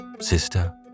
sister